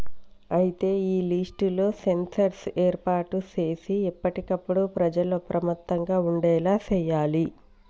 అయితే ఈ lift sensor ఏర్పాటు సేసి ఎప్పటికప్పుడు ప్రజల అప్రమత్తంగా ఉండేలా సేయాలి